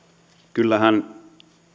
kyllähän